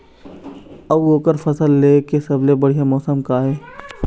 अऊ ओकर फसल लेय के सबसे बढ़िया मौसम का ये?